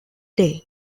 day